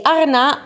Arna